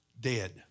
dead